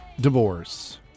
divorce